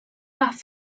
nach